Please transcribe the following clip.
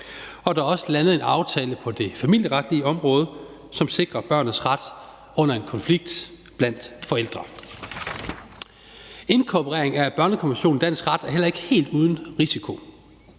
og der er også landet en aftale på det familieretlige område, som sikrer børnenes ret under en konflikt mellem forældrene. Inkorporering af børnekonventionen i dansk ret er heller ikke helt uden risiko.